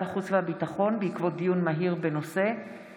החוץ והביטחון בעקבות דיון מהיר בהצעתם